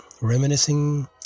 reminiscing